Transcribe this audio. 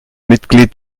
mitglied